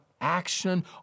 action